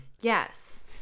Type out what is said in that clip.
Yes